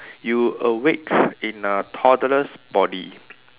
you awake in a toddler's body